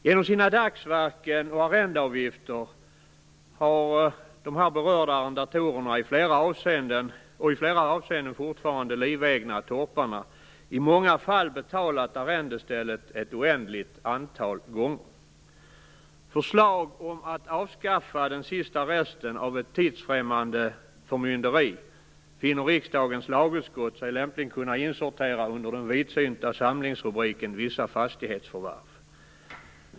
Genom sina dagsverken och arrendeavgifter har dessa i flera avseenden fortfarande livegna torpare i många fall betalat arrendestället ett oändligt antal gånger. Förslag om att avskaffa den sista resten av ett tidsfrämmande förmynderi finner sig riksdagens lagutskott lämpligen kunna insortera under den vidsynta samlingsrubriken "Vissa fastighetsförvärv".